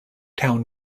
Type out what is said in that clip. town